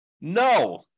No